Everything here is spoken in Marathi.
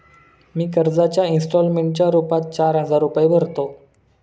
मी कर्जाच्या इंस्टॉलमेंटच्या रूपात चार हजार रुपये भरतो